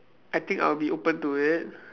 I think I'll be open to it